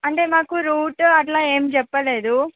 అంటే మాకు రూట్ అలా ఏమీ చెప్పలేదు